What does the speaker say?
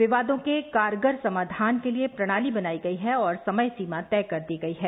विवादों के कारगर समाधान के लिए प्रणाली बनायी गई है और समयसीमा तय कर दी गई है